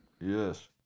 Yes